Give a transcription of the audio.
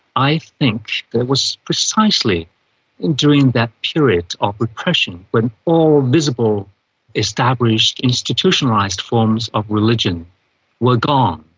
i think that it was precisely and during that period of repression, when all visible established institutionalised forms of religion were gone,